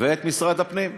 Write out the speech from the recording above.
ואת משרד הפנים.